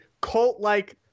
cult-like